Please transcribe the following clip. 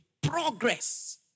progress